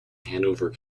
hanover